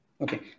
Okay